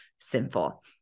sinful